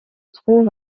trouve